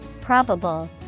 Probable